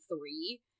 three